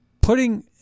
putting